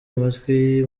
amatwi